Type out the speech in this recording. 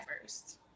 first